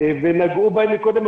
ונגעו בהם מקודם,